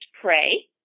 pray